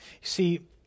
See